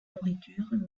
nourriture